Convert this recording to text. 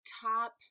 top